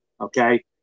Okay